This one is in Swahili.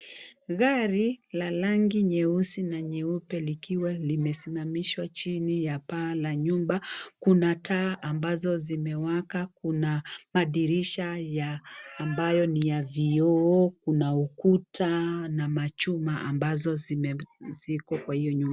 Gari la rangi nyeusi na nyeupe likiwa limesimamishwa chini ya paa la nyumba, kuna taa ambazo zimewaka, kuna madirisha amabyo ni ya vioo, kuna ukuta na machuma ambazo ziko kwa hiyo nyumba.